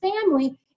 family